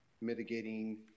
mitigating